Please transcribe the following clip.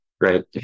Right